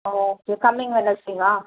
okay coming வெட்னஸ்டேவா